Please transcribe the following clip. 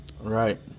Right